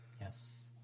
Yes